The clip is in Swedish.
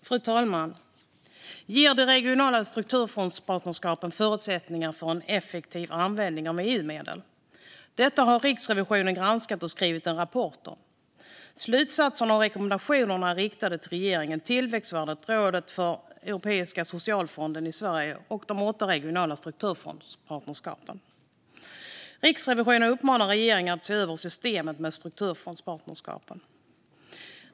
Fru talman! Ger de regionala strukturfondspartnerskapen förutsättningar för en effektiv användning av EU-medel? Det har Riksrevisionen granskat och skrivit en rapport om. Slutsatserna och rekommendationerna är riktade till regeringen, Tillväxtrådet, Rådet för Europeiska socialfonden i Sverige och de åtta regionala strukturfondspartnerskapen. Riksrevisionen uppmanar regeringen att se över systemet med strukturfondspartnerskapen.